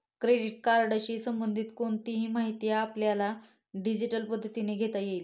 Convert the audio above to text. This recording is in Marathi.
क्रेडिट कार्डशी संबंधित कोणतीही माहिती आपल्याला डिजिटल पद्धतीने घेता येईल